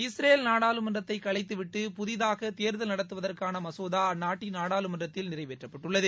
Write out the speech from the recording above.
Israel நாடாளுமன்றத்தை கலைத்துவிட்டு புதிதாக தேர்தல் நடத்துவதற்கான மசோதா அந்நாட்டின் நாடாளுமன்றத்தில் நிறைவேற்றப்பட்டுள்ளது